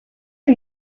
are